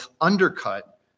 undercut